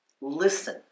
Listen